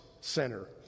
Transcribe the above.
center